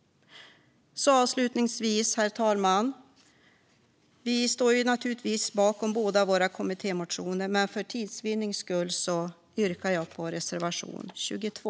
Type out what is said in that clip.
Avslutningsvis, herr talman, vill jag säga att vi naturligtvis står bakom båda våra kommittémotioner. För tids vinning yrkar jag dock bifall bara till reservation 22.